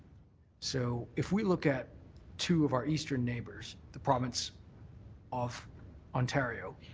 so, if we look at two of our eastern neighbours the province of ontario